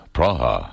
Praha